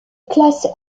classe